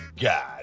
God